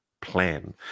plan